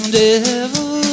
devil